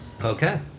okay